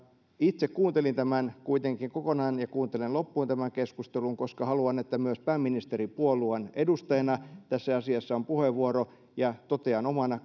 itse kuuntelin tämän kuitenkin kokonaan ja kuuntelen loppuun tämän keskustelun koska haluan että myös pääministeripuolueen edustajalla tässä asiassa on puheenvuoro totean omana